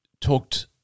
talked